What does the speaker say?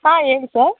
ಹಾಂ ಹೇಳಿ ಸರ್